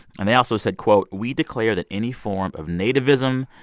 and they also said, quote, we declare that any form of nativism,